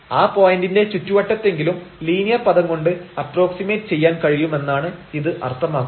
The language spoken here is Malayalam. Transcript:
ആ പോയിന്റിന്റെ ചുറ്റുവട്ടത്തെങ്കിലും ലീനിയർ പദം കൊണ്ട് അപ്പ്രോക്സിമേറ്റ് ചെയ്യാൻ കഴിയുമെന്നാണ് ഇത് അർത്ഥമാക്കുന്നത്